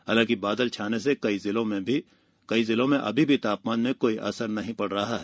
लेकिन बादल छाने से कई जिलों में तापमान में कोई असर नहीं पड़ रहा है